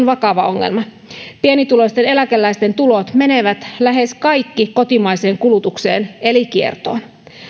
vakava ongelma pienituloisten eläkeläisten tulot menevät lähes kaikki kotimaiseen kulutukseen eli kiertoon